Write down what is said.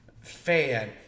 fan